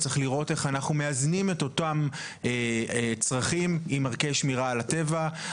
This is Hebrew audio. צריך לראות כיצד אנחנו מאזנים את אותם צרכים עם ערכי שמירה על הטבע.